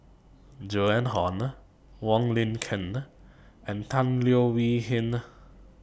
Joan Hon Wong Lin Ken and Tan Leo Wee Hin